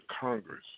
Congress